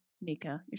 Nika